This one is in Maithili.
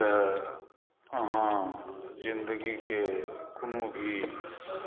तऽ अहाँ ज़िंदगीके कोनो भी